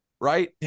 right